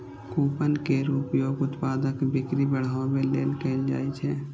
coupon केर उपयोग उत्पादक बिक्री बढ़ाबै लेल कैल जाइ छै